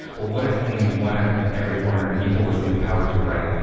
but what if only one out of every four hundred people was empowered to write,